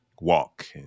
walk